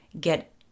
get